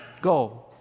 Go